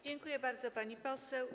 Dziękuję bardzo, pani poseł.